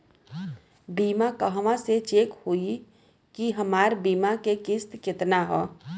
बीमा कहवा से चेक होयी की हमार बीमा के किस्त केतना ह?